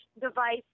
device